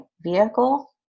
vehicle